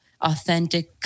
authentic